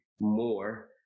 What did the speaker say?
more